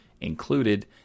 included